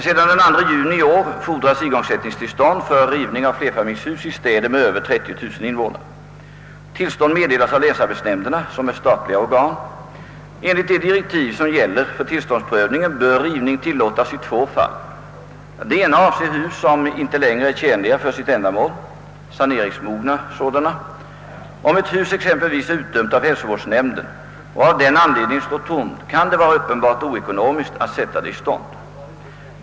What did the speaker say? Sedan den 2 juni i år fordras igångsättningstillstånd för rivning av flerfamiljshus i städer med över 30 000 invånare. Tillstånd meddelas av länsarbetsnämnderna, som är statliga organ. Enligt de direktiv som gäller för tillståndsprövningen bör rivning tillåtas i två fall. Det ena avser hus som inte längre är tjänliga för sitt ändamål utan är saneringsmogna. Om ett hus exempelvis är utdömt av hälsovårdsnämn den och av den anledningen står tomt, kan det vara uppenbart oekonomiskt att sätta det i stånd.